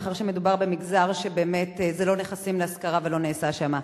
מאחר שמדובר במגזר שבאמת אצלו זה לא נכסים להכנסה ולא נעשה שם,